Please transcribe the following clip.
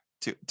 two